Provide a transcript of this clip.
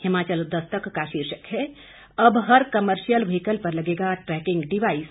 हिमाचल दस्तक का शीर्षक है अब हर कमर्शियल व्हीकल पर लगेगा ट्रैकिंग डिवाइस